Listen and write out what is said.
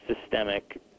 systemic